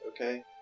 Okay